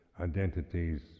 identities